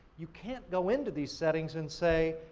you can't go into these settings and say,